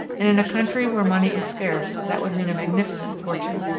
and in a country where money is scarce that would mean a magnificent fortune.